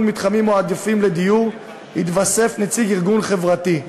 מתחמים מועדפים לדיור יתווסף נציג ארגון חברתי,